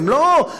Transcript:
הן לא מהותיות.